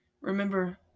remember